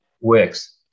works